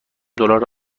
دلار